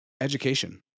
education